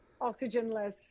Oxygenless